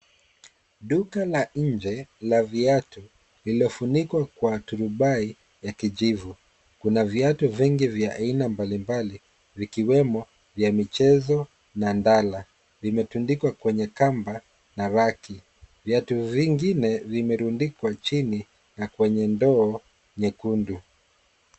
Duka la nje la viatu lililofunikwa kwa turubai ya kijivu. Kuna viatu vingi vya aina mbalimbali vikiwemo vya michezo, na ndala. Vimetundikwa kwenye kamba na raki. Viatu vingine vimerundikwa chini, na kwenye ndoo nyekundu.